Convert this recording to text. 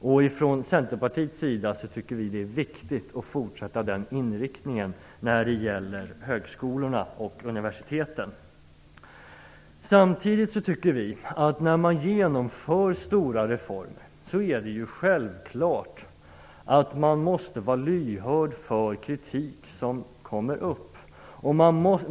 Vi i Centerpartiet tycker att det är viktigt att fortsätta med den inriktningen när det gäller högskolor och universitet. Samtidigt tycker vi att det, när stora reformer genomförs, är självklart att man måste vara lyhörd för kritik som kommer upp.